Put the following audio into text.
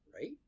right